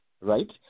right